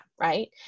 right